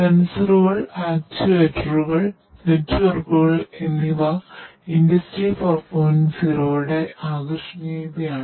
സെൻസറുകൾ ആകർഷണീയതയാണ്